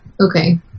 okay